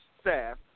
staff